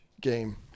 game